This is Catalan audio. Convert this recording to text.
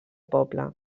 poble